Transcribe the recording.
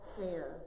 fair